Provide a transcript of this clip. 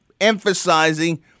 emphasizing